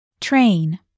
Train